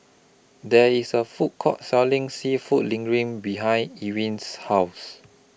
There IS A Food Court Selling Seafood Linguine behind Ewin's House